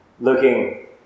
looking